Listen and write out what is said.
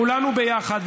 כולנו ביחד,